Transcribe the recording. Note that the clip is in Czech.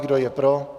Kdo je pro?